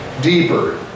Deeper